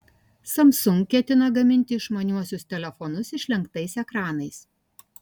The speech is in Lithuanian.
samsung ketina gaminti išmaniuosius telefonus išlenktais ekranais